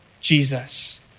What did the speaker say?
Jesus